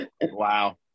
Wow